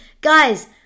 guys